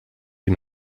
wie